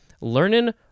Learning